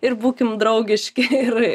ir būkim draugiški ir